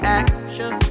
action